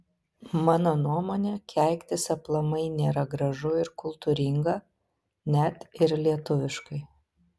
mano nuomone keiktis aplamai nėra gražu ir kultūringa net ir lietuviškai